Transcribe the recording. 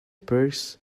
purse